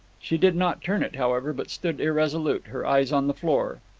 she did not turn it, however, but stood irresolute, her eyes on the floor.